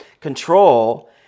control